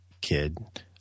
kid